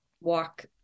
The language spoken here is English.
walk